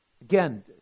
Again